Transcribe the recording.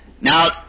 Now